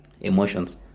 emotions